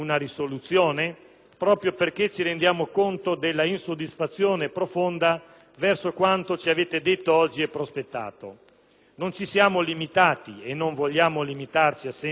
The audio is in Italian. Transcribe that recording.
proprio perché ci rendiamo conto dell'insoddisfazione profonda verso quanto ci avete detto e prospettato oggi. Non ci siamo limitati, e non vogliamo limitarci, a semplici critiche;